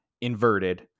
inverted